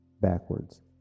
backwards